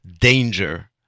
danger